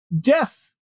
death